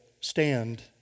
stand